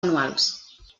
anuals